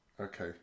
Okay